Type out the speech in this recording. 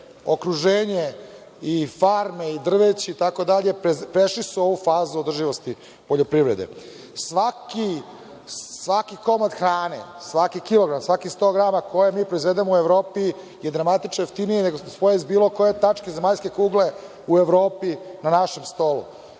okruženje i farme i drveće itd, prešli su ovu fazu održivosti poljoprivrede. Svaki komad hrane, svaki kilogram, svakih 100 grama koje mi proizvedemo u Evropi je dramatično jeftinije nego s bilo koje tačke zemaljske kugle u Evropi na našem stolu.